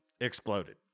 exploded